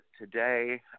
today